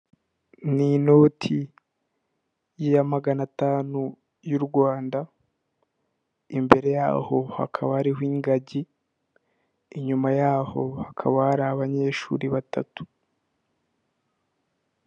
Ni inoti ya magana atanu y'Urwanda, imbere yaho hakaba ari ingagi, inyuma yaho hakaba hari abanyeshuri batatu.